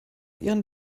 ihren